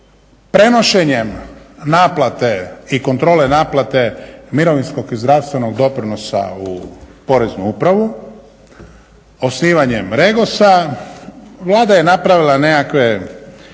prenošenjem naplate i kontrole naplate mirovinskog i zdravstvenog doprinosa u Poreznu upravu, osnivanjem REGOS-a Vlada je napravila nekakve